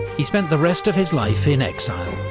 he spent the rest of his life in exile,